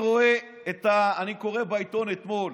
אני קורא בעיתון אתמול